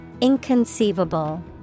Inconceivable